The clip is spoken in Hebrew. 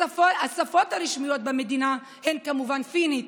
השפות הרשמיות במדינה הן כמובן פינית,